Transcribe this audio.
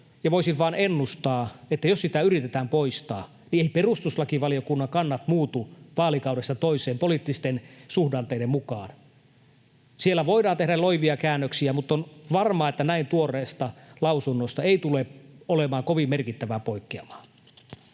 voisin vain ennustaa, että jos sitä yritetään poistaa, niin eiväthän perustuslakivaliokunnan kannat muutu vaalikaudesta toiseen poliittisten suhdanteiden mukaan. Siellä voidaan tehdä loivia käännöksiä, mutta on varmaa, että näin tuoreesta lausunnosta ei tule olemaan kovin merkittävää poikkeamaa.